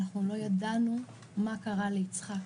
אנחנו לא ידענו מה קרה ליצחק